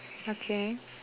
okay